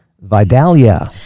Vidalia